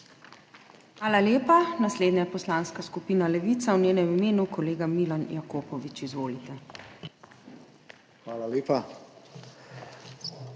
Hvala lepa. Naslednja poslanska skupina Levica, v njenem imenu kolega Milan Jakopovič. Izvolite. **MILAN